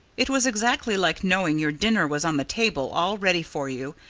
it was exactly like knowing your dinner was on the table, all ready for you,